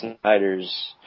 Snyder's